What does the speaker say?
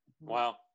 Wow